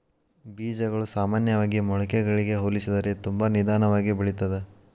ಬೇಜಗಳು ಸಾಮಾನ್ಯವಾಗಿ ಮೊಳಕೆಗಳಿಗೆ ಹೋಲಿಸಿದರೆ ತುಂಬಾ ನಿಧಾನವಾಗಿ ಬೆಳಿತ್ತದ